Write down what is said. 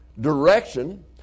direction